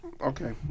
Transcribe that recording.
Okay